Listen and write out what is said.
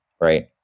right